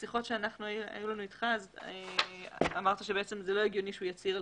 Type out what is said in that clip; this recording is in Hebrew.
בשיחות שהיו לנו אתך אמרת שזה לא הגיוני שהוא יצהיר,